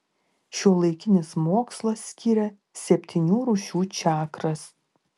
šiuolaikinis mokslas skiria septynių rūšių čakras